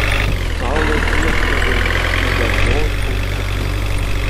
saulė tvieskė virš syrdarjos aukštupių